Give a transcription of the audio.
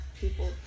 people